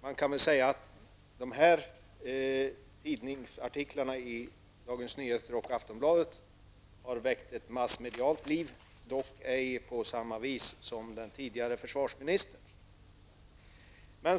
Man kan säga att de nu aktuella artiklarna i Dagens Nyheter och Aftonbladet har väckt ett massmedialt liv, dock inte på samma sätt som den dåvarande försvarsministerns uttalande.